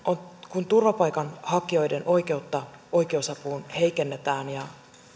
kun turvapaikanhakijoiden oikeutta oikeusapuun heikennetään ja